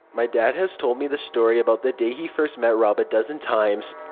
my dad has told me the story about the day he first met rob a dozen times.